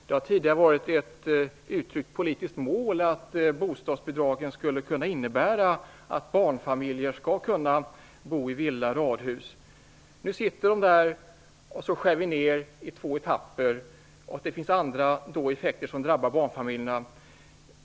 Det har tidigare varit ett uttryckt politiskt mål att bostadsbidragen skall innebära att barnfamiljer skall kunna bo i villa eller radhus. Nu sitter de där, och när vi skär ned i två etapper finns det även andra effekter som drabbar barnfamiljerna.